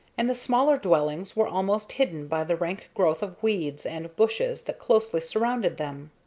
and the smaller dwellings were almost hidden by the rank growth of weeds and bushes that closely surrounded them.